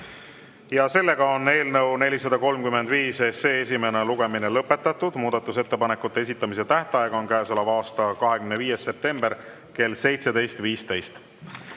lugemine lõpetada. Esimene lugemine on lõpetatud. Muudatusettepanekute esitamise tähtaeg on käesoleva aasta 25. september kell 17.15.